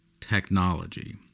Technology